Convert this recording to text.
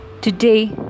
Today